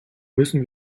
müssen